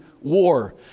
war